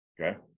okay